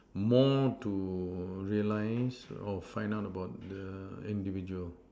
more to realize or find out about the individual